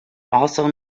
also